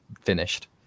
finished